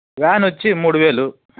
van వొచ్చి మూడు వేలు